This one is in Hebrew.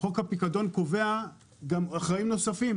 חוק הפיקדון קובע גם אחראים נוספים: